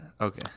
okay